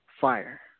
Fire